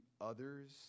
others